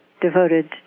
devoted